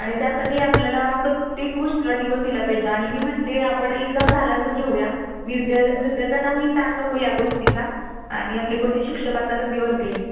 आणि त्यासाठी आपल्याला प्रत्येक गोष्टीला दिवस दिला पाहिजे आणि मी म्हणते आपण एग्जाम झाल्यानंतर घेऊया मी विद्या विद्यार्थ्यांनाही ताण नको या गोष्टीचा आणि आपले बरेच शिक्षक आत्ता रजेवरती आहेत